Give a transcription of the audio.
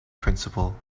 principle